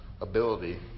ability